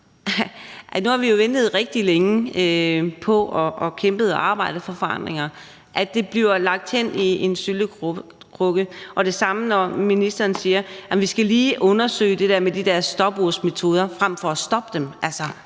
Nu har vi jo ventet rigtig længe på, kæmpet for og arbejdet på forandringer, og min bekymring er bare, at det bliver lagt ned i en syltekrukke. Det er det samme, når ministeren siger, at vi lige skal undersøge det der med de stopursmetoder frem for at stoppe dem.